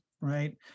right